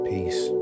Peace